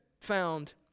found